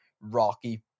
rocky